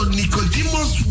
nicodemus